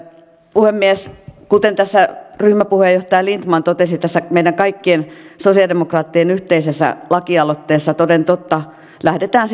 puhemies kuten ryhmäpuheenjohtaja lindtman totesi tässä meidän kaikkien sosialidemokraattien yhteisessä lakialoitteessa toden totta lähdetään